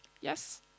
Yes